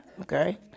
Okay